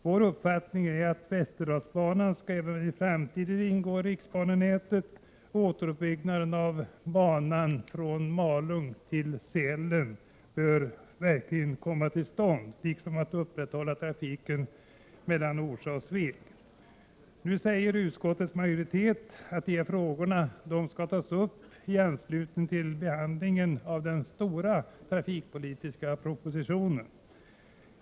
Vår uppfattning är att Västerdalsbanan även i framtiden skall ingå i riksbanenätet och att återuppbyggnaden av banan från Malung till Sälen verkligen bör komma till stånd samt att trafiken mellan Orsa och Sveg skall upprätthållas. Nu säger utskottets majoritet att dessa frågor skall tas upp i anslutning till behandlingen av den stora trafikpolitiska propositionen.